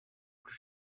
plus